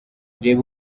reba